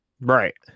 Right